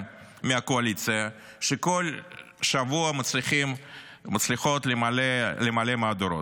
מהקואליציה שבכל שבוע מצליחים ומצליחות למלא מהדורות.